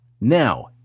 Now